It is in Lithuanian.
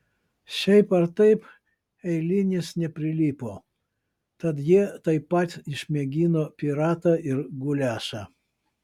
šiaip ar taip eilinis neprilipo tad jie taip pat išmėgino piratą ir guliašą